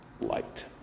light